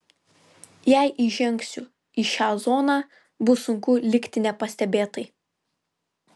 jei įžengsiu į šią zoną bus sunku likti nepastebėtai